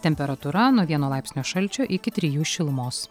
temperatūra nuo vieno laipsnio šalčio iki trijų šilumos